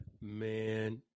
man